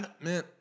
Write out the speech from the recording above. Man